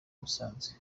musanze